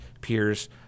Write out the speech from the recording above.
peers